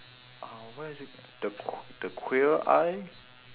ah what is it the qu~ the queer eye